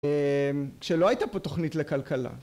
שלא הייתה פה תוכנית לכלכלה